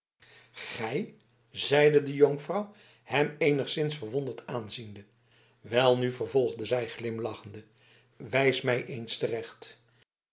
gij zeide de jonkvrouw hem eenigszins verwonderd aanziende welnu vervolgde zij glimlachende wijs mij eens te